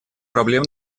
проблем